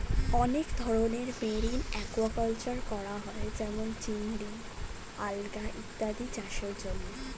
অনেক ধরনের marine aquaculture করা হয় যেমন চিংড়ি, আলগা ইত্যাদি চাষের জন্যে